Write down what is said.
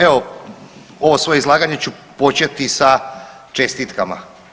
Evo ovo svoje izlaganje ću početi sa čestitkama.